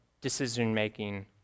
decision-making